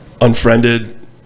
unfriended